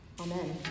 Amen